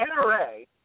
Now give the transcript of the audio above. NRA